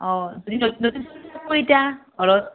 অঁ ঘৰত